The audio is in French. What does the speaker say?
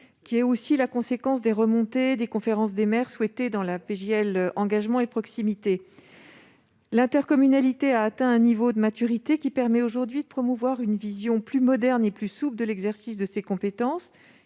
Il est issu des remontées des conférences des maires, que la loi Engagement et proximité a encouragées. L'intercommunalité a atteint un niveau de maturité qui permet aujourd'hui de promouvoir une vision plus moderne et plus souple de l'exercice de ses compétences